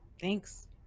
thanks